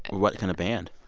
what kind of band?